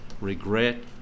regret